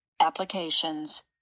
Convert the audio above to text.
Applications